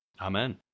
Amen